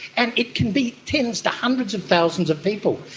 and it can be tens to hundreds of thousands of people.